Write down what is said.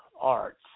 arts